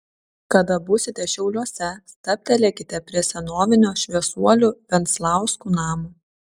kada būsite šiauliuose stabtelėkite prie senovinio šviesuolių venclauskų namo